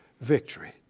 victory